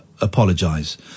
apologise